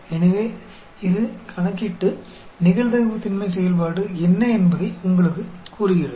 எனவே இது கணக்கிட்டு நிகழ்தகவு திண்மை செயல்பாடு என்ன என்பதை உங்களுக்குக் கூறுகிறது